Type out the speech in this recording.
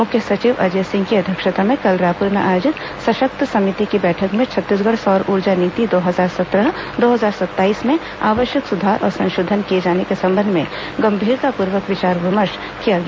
मुख्य सचिव अजय सिंह की अध्यक्षता में कल रायपुर में आयोजित सशक्त समिति की बैठक में छत्तीसगढ़ सौर ऊर्जा नीति दो हजार सत्रह दो हजार सत्ताईस में आवश्यक सुधार और संशोधन किये जाने के संबंध में गंभीरतापूर्वक विचार विमर्श किया गया